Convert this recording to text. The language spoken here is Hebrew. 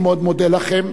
אני מאוד מודה לכם.